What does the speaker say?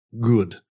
Good